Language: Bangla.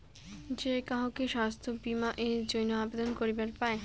যে কাহো কি স্বাস্থ্য বীমা এর জইন্যে আবেদন করিবার পায়?